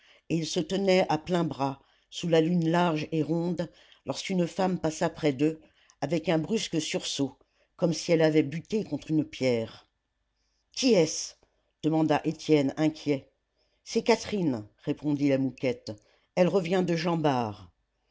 et ils se tenaient à pleins bras sous la lune large et ronde lorsqu'une femme passa près d'eux avec un brusque sursaut comme si elle avait buté contre une pierre qui est-ce demanda étienne inquiet c'est catherine répondit la mouquette elle revient de jean bart